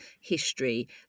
history